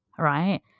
right